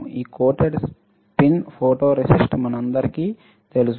ఈ spin coated photoresist మనందరికీ తెలుసు